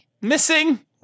Missing